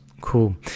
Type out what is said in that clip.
cool